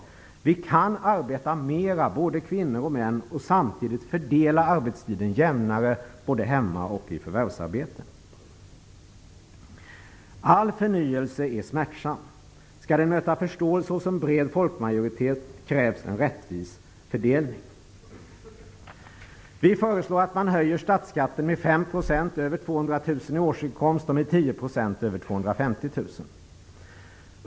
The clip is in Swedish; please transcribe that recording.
Kvinnor och män kan arbeta mer och samtidigt fördela arbetstiden jämnare, både i hemmet och i förvärvsarbetet. All förnyelse är smärtsam. Skall den möta förståelse hos en bred folkmajoritet krävs rättvis fördelning. Vi föreslår att man höjer statsskatten med 5 % för dem som har över 200 000 kr i årsinkomst och med 10 % för dem som har över 250 000 kr.